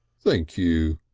thank you,